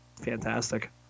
fantastic